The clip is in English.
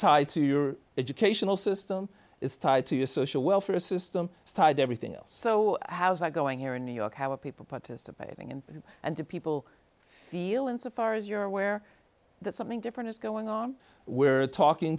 tied to your educational system is tied to your social welfare system side everything else so how's that going here in new york how are people participating in it and to people feel insofar as you're aware that something different is going on we're talking